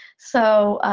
so,